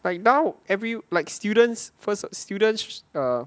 by now every like students first students err